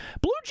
Blue